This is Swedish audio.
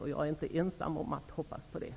Och jag är inte ensam om att hoppas på det.